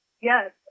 Yes